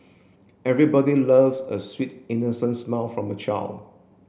everybody loves a sweet innocent smile from a child